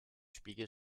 spiegel